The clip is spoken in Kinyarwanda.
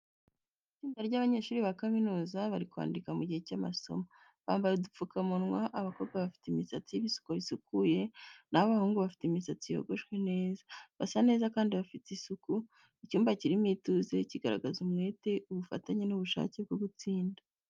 Itsinda ry’abanyeshuri ba kaminuza bari kwandika mu gihe cy’amasomo, bambaye udupfukamunwa. Abakobwa bafite imisatsi y’ibisuko isukuye, na ho abahungu bafite imisatsi yogoshwe neza. Basa neza kandi bafite isuku. Icyumba kirimo ituze, kigaragaza umwete, ubufatanye n’ubushake bwo gutsinda.